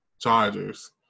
Chargers